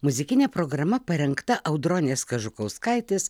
muzikinė programa parengta audronės kažukauskaitės